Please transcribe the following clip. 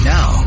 Now